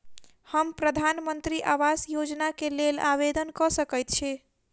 हम प्रधानमंत्री आवास योजना केँ लेल आवेदन कऽ सकैत छी?